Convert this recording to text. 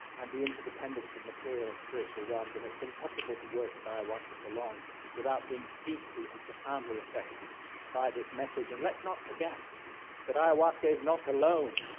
and the interdependence of material and spiritual realms, and it's impossible to work with ayahuasca for long without being deeply and profoundly affected by this message. and let's not forget that ayahuasca is not alone,